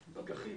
פקחים.